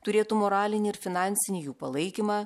turėtų moralinį ir finansinį jų palaikymą